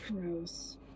Gross